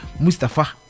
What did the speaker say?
Mustafa